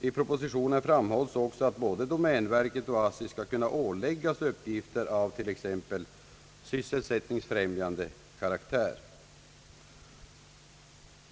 I propositionen framhålls också att både domänverket och ASSI skall kunna åläggas uppgifter av i. ex. sysselsättningsfrämjande karaktär.